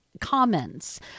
comments